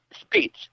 speech